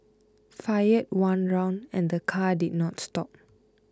fired one round and the car did not stop